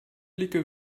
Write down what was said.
blicke